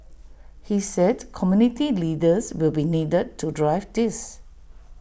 he said community leaders will be needed to drive this